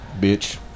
bitch